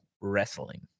wrestling